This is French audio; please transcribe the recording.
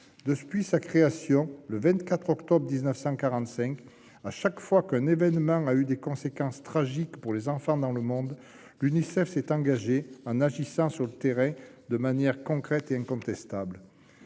Depuis sa création le 24 octobre 1945, chaque fois qu'un événement a eu des conséquences tragiques pour les enfants dans le monde, l'Unicef s'est engagée en agissant sur le terrain de manière concrète et incontestable.